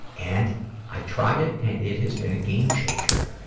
and i tried it and it has been a game-changer.